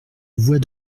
voix